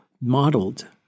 modeled